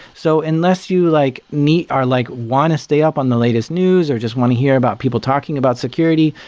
so unless you like me or like want to stay up on the latest news or just want to hear about people talking about security,